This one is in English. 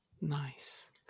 nice